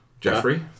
Jeffrey